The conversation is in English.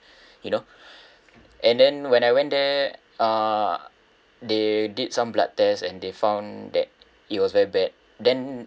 you know and then when I went there uh they did some blood tests and they found that it was very bad then